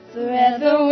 Forever